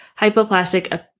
hypoplastic